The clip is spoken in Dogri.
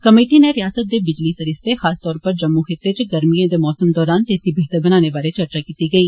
कमेटी नै रियासत दे बिजली सरीसते खास तौर उप्पर जम्मू खित्ते च गर्मिए दे मौसम दौरान ते इसगी बेहतर बनाने बारै चर्चा कीती गेई